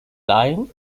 leihen